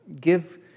give